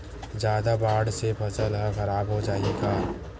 जादा बाढ़ से फसल ह खराब हो जाहि का?